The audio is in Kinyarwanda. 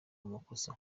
amakosa